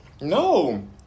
No